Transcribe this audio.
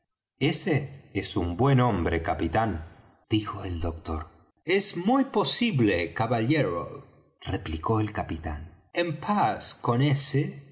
ese es un buen hombre capitán dijo el doctor es muy posible caballero replicó el capitán en paz con ese